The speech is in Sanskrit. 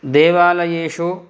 देवालयेषु